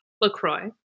LaCroix